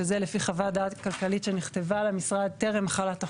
שזה לפי חוות דעת כלכלית שנכתבה למשרד טרם החלת החוק,